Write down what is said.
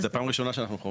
זו פעם ראשונה שאנחנו על זה.